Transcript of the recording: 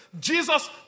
Jesus